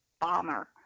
bomber